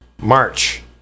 march